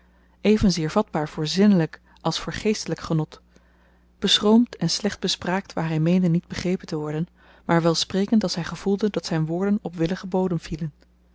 evenzeer vatbaar voor zinnelyk als voor geestelyk genot beschroomd en slecht bespraakt waar hy meende niet begrepen te worden maar welsprekend als hy gevoelde dat zyn woorden op willigen bodem vielen